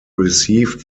received